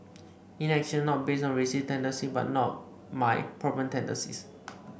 inaction not based on racist tendencies but not my problem tendencies